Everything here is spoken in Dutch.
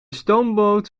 stoomboot